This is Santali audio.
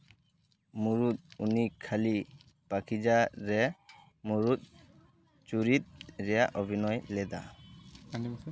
ᱢᱩᱬᱩᱫ ᱩᱱᱤ ᱠᱷᱟᱹᱞᱤ ᱵᱟᱠᱤᱡᱟ ᱨᱮ ᱢᱩᱬᱩᱛ ᱪᱩᱨᱤᱛ ᱨᱮᱭᱟᱜ ᱚᱵᱷᱤᱱᱚᱭ ᱞᱮᱫᱟ